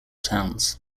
towns